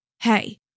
hey